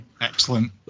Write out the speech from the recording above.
Excellent